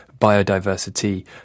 biodiversity